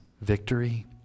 victory